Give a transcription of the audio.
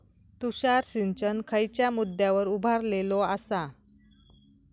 तुषार सिंचन खयच्या मुद्द्यांवर उभारलेलो आसा?